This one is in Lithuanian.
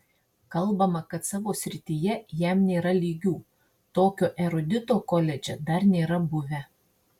kalbama kad savo srityje jam nėra lygių tokio erudito koledže dar nėra buvę